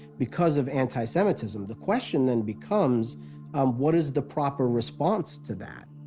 because of anti-semitism. the question then becomes um what is the proper response to that?